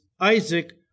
Isaac